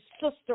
sister